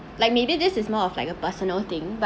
like maybe this is more of like a personal thing but